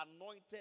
anointed